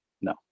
No